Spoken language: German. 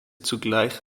zugleich